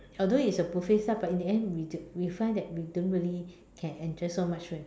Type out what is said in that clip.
although it's a buffet style but in the end we j~ we find that we don't really can enjoy so much food